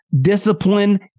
discipline